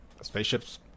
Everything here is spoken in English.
Spaceships